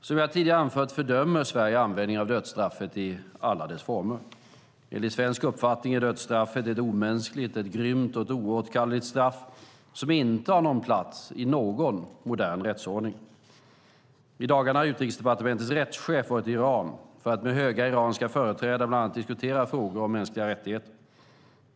Som jag tidigare anfört fördömer Sverige användningen av dödsstraff i alla dess former. Enligt svensk uppfattning är dödsstraffet ett omänskligt, grymt och oåterkalleligt straff som inte har någon plats i någon modern rättsordning. I dagarna har Utrikesdepartementets rättschef varit i Iran för att med höga iranska företrädare bland annat diskutera frågor om mänskliga rättigheter.